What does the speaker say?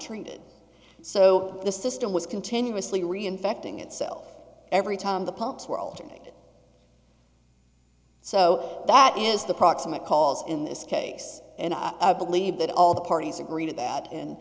treated so the system was continuously reinfecting itself every time the pulse world did it so that is the proximate cause in this case and i believe that all the parties agree to that and